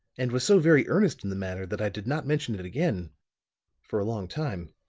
and was so very earnest in the matter that i did not mention it again for a long time.